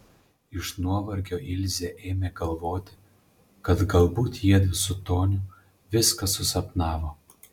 iš nuovargio ilzė ėmė galvoti kad galbūt jiedu su toniu viską susapnavo